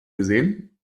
gesehen